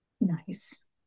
nice